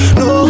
no